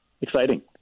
exciting